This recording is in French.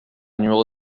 numéro